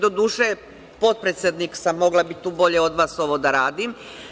Doduše, potpredsednik sam, mogla bih tu bolje od vas ovo da radim.